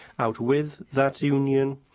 outwith that union,